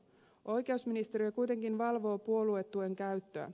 oikeusministeriö kuitenkin valvoo puoluetuen käyttöä